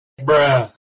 bruh